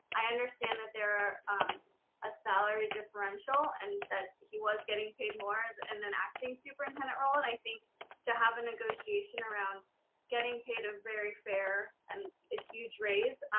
i understand that there are a salary differential and that he was getting paid more as and an acting superintendent role. and i think to have a negotiation around getting paid a very fair and a huge raise,